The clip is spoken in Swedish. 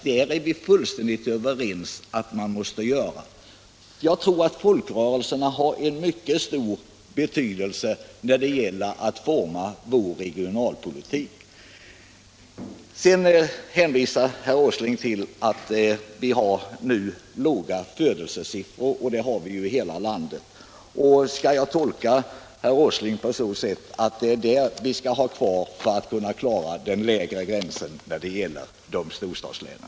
Där är vi fullständigt överens. Jag tror att folkrörelserna har en mycket stor betydelse när det gäller att forma vår regionalpolitik. Herr Åsling hänvisar till att vi nu har låga födelsesiffror. Det gäller hela landet. Skall jag tolka herr Åsling så att vi bör ha kvar dessa låga födelsesiffror för att klara den lägre gränsen när det gäller storstadslänen?